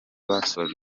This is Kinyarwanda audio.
basoje